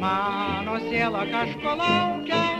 man siela kažko laukia